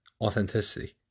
authenticity